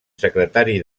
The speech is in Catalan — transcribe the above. secretari